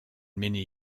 mini